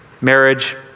marriage